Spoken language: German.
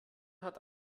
hat